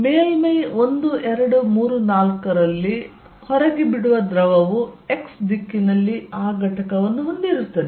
ಮೇಲ್ಮೈ 1 2 3 4 ನಲ್ಲಿ ಹೊರಗೆ ಬಿಡುವು ದ್ರವವು x ದಿಕ್ಕಿನಲ್ಲಿ ಆ ಘಟಕವನ್ನು ಹೊಂದಿರುತ್ತದೆ